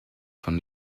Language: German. von